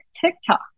TikTok